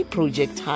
Project